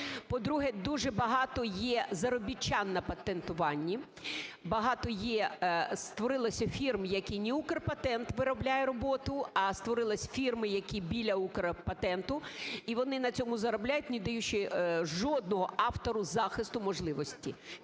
По-друге, дуже багато є заробітчан на патентуванні, багато є, створилося фірм, які не Укрпатент виробляє роботу, а створилися фірми, які біля Укрпатенту, і вони на цьому заробляють, не даючи жодному автору захисту можливості.